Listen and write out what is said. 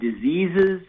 diseases